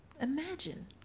Imagine